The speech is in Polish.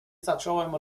zacząłem